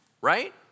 right